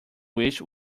wish